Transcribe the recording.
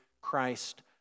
Christ